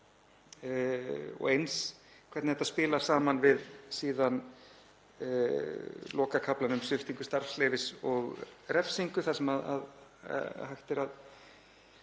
Eins hvernig þetta spilar saman við lokakaflann um sviptingu starfsleyfis og refsingu þar sem hægt er að